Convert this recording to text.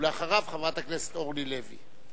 ואחריו, חברת הכנסת אורלי לוי.